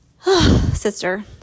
sister